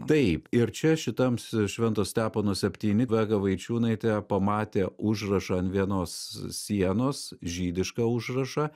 taip ir čia šitam švento stepono septyni vega vaičiūnaitė pamatė užrašą ant vienos sienos žydišką užrašą